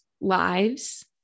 lives